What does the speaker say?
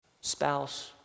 spouse